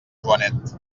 joanet